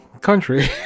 country